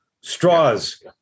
straws